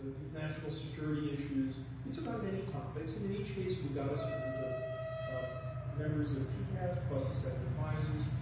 national security issues. we took on many topics. and in each case, we got us a group of of members of pcast plus a set of advisors.